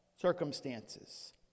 circumstances